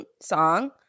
song